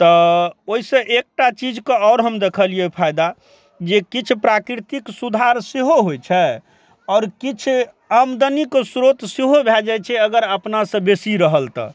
तऽ ओइसँ एकटा चीजके आओर हम देखलियै फायदा जे किछु प्राकृतिक सुधार सेहो होइ छै आओर किछु आमदनीके स्रोत सेहो भए जाइ छै अगर अपनासँ बेसी रहल तऽ